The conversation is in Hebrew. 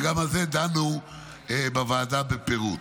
וגם על זה דנו בוועדה בפירוט.